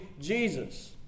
Jesus